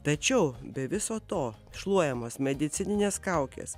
tačiau be viso to šluojamos medicininės kaukės